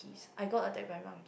I got attacked by monkeys